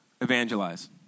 evangelize